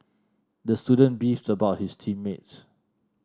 the student beefed about his team mates